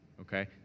Okay